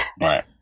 Right